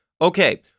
Okay